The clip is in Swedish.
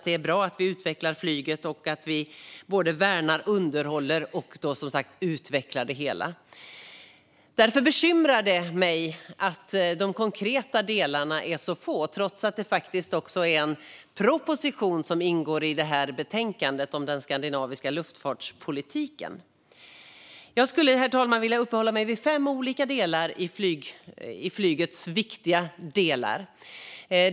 Det är bra att vi utvecklar flyget. Vi behöver värna, underhålla och som sagt utveckla det. Därför bekymrar det mig att de konkreta delarna är så få trots att en proposition om den skandinaviska luftfartspolitiken faktiskt behandlas i betänkandet. Jag skulle vilja uppehålla mig vid fem olika viktiga delar av flyget, herr talman.